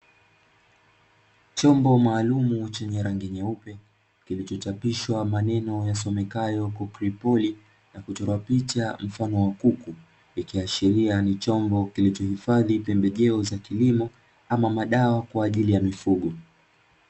Chombo maalumu chenye rangi nyeupe, kilicho chapishwa maneno yasomekayo kukwipori na kuchorwa picha mfano wakuu ikiashiria ni chumbo kinacho hifadhi pembejeo za kilimo ama madawa kwajili ya mifugo.